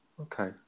Okay